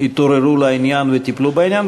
התעוררו לעניין וטיפלו בעניין.